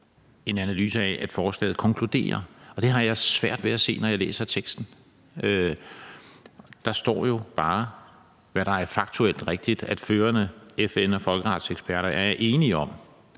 en analyse af, at forslaget konkluderer, og det har jeg svært ved at se, når jeg læser teksten. Der står jo bare, hvad der er faktuelt rigtigt, nemlig at førende FN- og folkeretseksperter er enige.